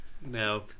No